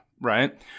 right